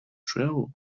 travel